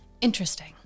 interesting